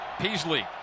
Peasley